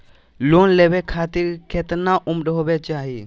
Loan लेवे खातिर केतना उम्र होवे चाही?